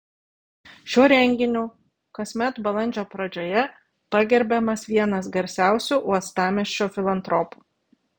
šiuo renginiu kasmet balandžio pradžioje pagerbiamas vienas garsiausių uostamiesčio filantropų